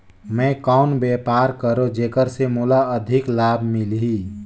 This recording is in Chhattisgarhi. मैं कौन व्यापार करो जेकर से मोला अधिक लाभ मिलही?